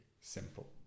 simple